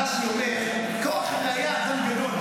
רש"י אומר: קרח הרי היה אדם גדול.